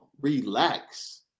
relax